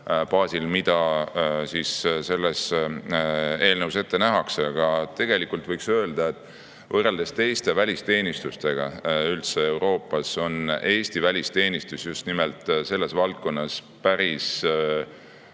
mida selles eelnõus ette nähakse. Tegelikult võiks öelda, et võrreldes teiste välisteenistustega kogu Euroopas on Eesti välisteenistus just nimelt selles valdkonnas päris